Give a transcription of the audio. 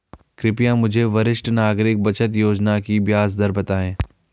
कृपया मुझे वरिष्ठ नागरिक बचत योजना की ब्याज दर बताएँ